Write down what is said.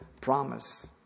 promise